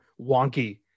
wonky